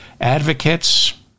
advocates